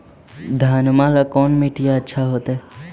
घनमा ला कौन मिट्टियां अच्छा होतई?